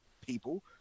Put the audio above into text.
people